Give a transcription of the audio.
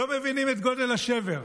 לא מבינים את גודל השבר,